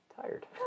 tired